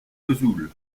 vesoul